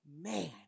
man